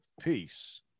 Peace